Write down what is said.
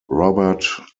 robert